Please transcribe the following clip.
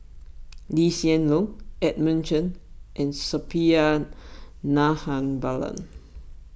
Lee Hsien Loong Edmund Chen and Suppiah Dnahabalan